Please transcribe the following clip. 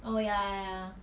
oh ya ya